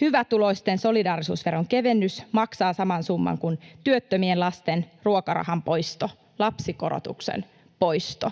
Hyvätuloisten solidaarisuusveron kevennys maksaa saman summan kuin työttömien lasten ruokarahan poisto, lapsikorotuksen poisto.